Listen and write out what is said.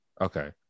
okay